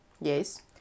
Yes